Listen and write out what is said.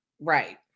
right